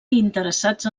interessats